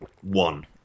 one